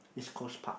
East-Coast-Park